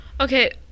Okay